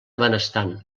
benestant